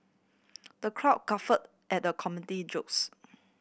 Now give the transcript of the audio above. the crowd guffawed at the comedian jokes